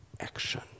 action